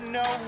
no